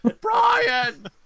Brian